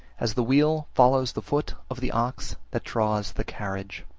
as the wheel follows the foot of the ox that draws the carriage.